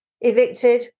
evicted